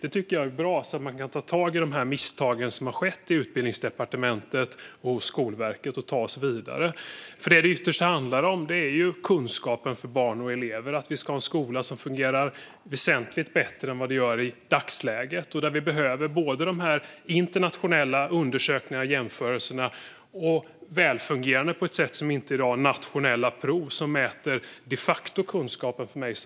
Detta tycker jag är bra - då kan man ta tag i de misstag som skett på Utbildningsdepartementet och hos Skolverket och ta oss vidare. Det som detta ytterst handlar om är ju kunskapen för barn och elever och att vi ska ha en skola som fungerar väsentligt bättre än vad den gör i dagsläget. Vi behöver både de här internationella undersökningarna och jämförelserna och välfungerande - på ett sätt som inte är fallet i dag - nationella prov som mäter vilka kunskaper barn de facto har.